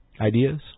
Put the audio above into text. ideas